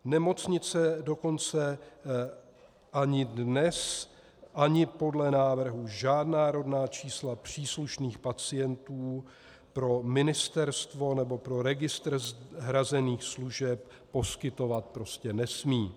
Nemocnice dokonce ani dnes ani podle návrhu žádná rodná čísla příslušných pacientů pro ministerstvo nebo pro registr hrazených služeb poskytovat prostě nesmí.